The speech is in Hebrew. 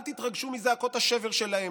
אל תתרגשו מזעקות השבר שלהם.